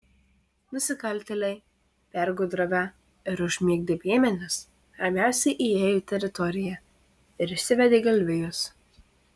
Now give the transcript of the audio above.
nusikaltėliai pergudravę ir užmigdę piemenis ramiausiai įėjo į teritoriją ir išsivedė galvijus